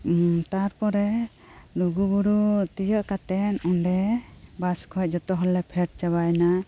ᱛᱟᱨᱯᱚᱨᱮ ᱞᱩᱜᱩᱵᱩᱨᱩ ᱛᱤᱭᱟᱹᱜ ᱠᱟᱛᱮᱜ ᱚᱸᱰᱮ ᱵᱟᱥᱠᱷᱚᱡ ᱡᱚᱛᱚ ᱦᱚᱲᱞᱮ ᱯᱷᱮᱰ ᱪᱟᱵᱟᱭᱮᱱᱟ